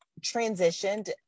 transitioned